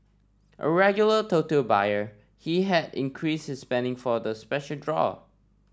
a regular Toto buyer he had increased his spending for the special draw